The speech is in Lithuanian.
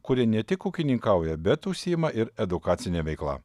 kurie ne tik ūkininkauja bet užsiima ir edukacine veikla